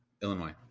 Illinois